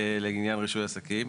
לעניין רישוי עסקים.